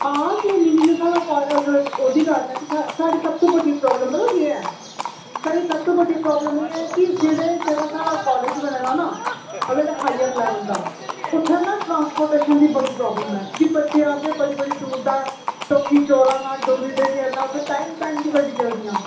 आं की नीं जि'यां ओह्दी गल्ल ऐ साढ़ी सब तूं बड्डी प्रॉब्लम पता केह् ऐ साढ़ी सब तूं बड्डी प्रॉब्लम एह् ऐ कि जेह्ड़ा साढ़ा कॉलेज बने दा ना ओह् ऐ हायर लेवल दा उत्थें ना ट्रांसपोर्टेशन दी ना बड़ी प्रॉब्लम ऐ क्योंकि बच्चे औंदे बड़ी बड़ी दूर दा चौकी चोरा दा डोरी डगेर दा उत्थें टाईम टाईम दियां गड्डिया चलदियां न